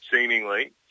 seemingly